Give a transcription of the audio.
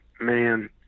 Man